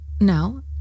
no